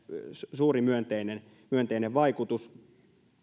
suuri myönteinen myönteinen vaikutus